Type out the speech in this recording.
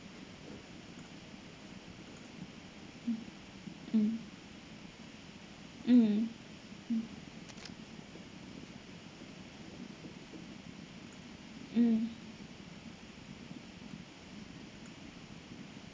mm mm mm mm mm